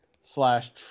slash